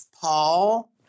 Paul